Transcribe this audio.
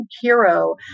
hero